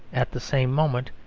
at the same moment,